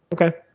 okay